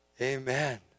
Amen